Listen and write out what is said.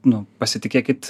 nu pasitikėkit